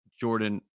Jordan